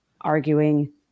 arguing